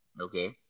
Okay